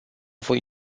voi